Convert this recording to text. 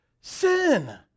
Sin